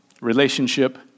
Relationship